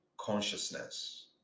consciousness